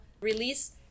release